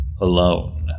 Alone